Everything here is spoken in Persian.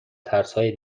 ترسهای